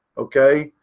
okay?